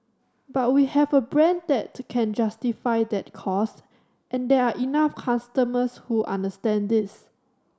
but we have a brand that can justify that cost and there are enough customers who understand this